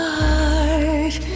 heart